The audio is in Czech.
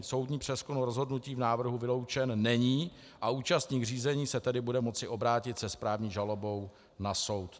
Soudní přezkum rozhodnutí v návrhu vyloučen není a účastník řízení se tedy bude moci obrátit se správní žalobou na soud.